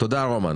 תודה רומן.